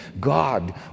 God